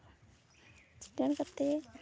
ᱪᱤᱠᱟᱹᱬ ᱠᱟᱛᱮ